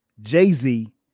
Jay-Z